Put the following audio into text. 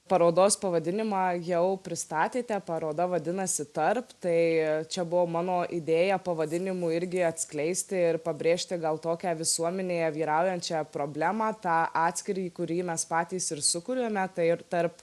parodos pavadinimą jau pristatėte paroda vadinasi tarp tai čia buvo mano idėja pavadinimu irgi atskleisti ir pabrėžti gal tokią visuomenėje vyraujančią problemą tą atskyrį kurį mes patys ir sukuriame tai ir tarp